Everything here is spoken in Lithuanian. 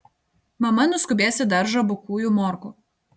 mama nuskubės į daržą bukųjų morkų